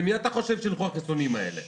למי אתה חושב שילכו החיסונים האלה